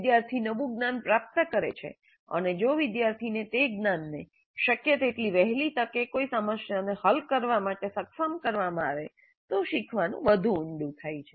વિદ્યાર્થી નવું જ્ઞાન પ્રાપ્ત કરે છે અને જો વિદ્યાર્થીને તે જ્ઞાનને શક્ય તેટલી વહેલી તકે કોઈ સમસ્યાને હલ કરવા માટે સક્ષમ કરવામાં આવે તો શીખવાનું વધુ ઉંડું થાય છે